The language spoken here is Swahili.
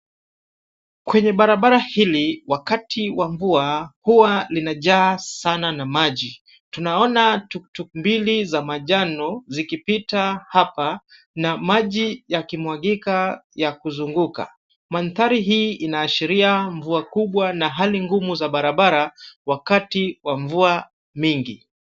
Kwenye barabara hili wakati wa mvua huwa linajaa sana na maji. Tunaona tuktuk mbili za manjano zikipita hapa na maji yakimwagika yakuzunguka. Mandhari hii inaashiria mvua kubwa na hali ngumu za barabara wakati wa mvua mingi.